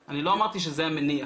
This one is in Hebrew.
אני לא אמרתי שזה המניע.